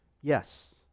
Yes